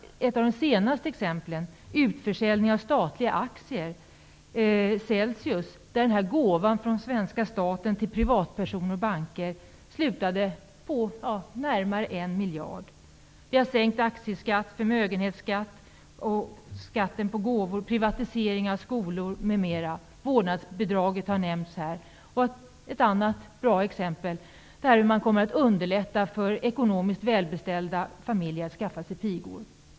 Ett av de senaste exemplen är utförsäljningen av statliga aktier -- Celsius -- där ''gåvan'' från svenska staten till privatpersoner och banker slutade på närmare en miljard. Vi har sänkt aktieskatt, sänkt förmögenhetsskatt och sänkt skatt på gåvor, privatisering av skolor, m.m. Vårdnadsbidraget har nämnts. Ett annat bra exempel är att man kommer att underlätta för ekonomiskt välbeställda familjer att skaffa sig pigor.